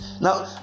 now